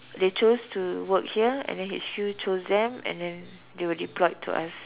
they chose to work here and then H_Q chose them and then they were deployed to us